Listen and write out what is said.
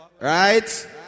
right